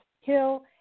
Hill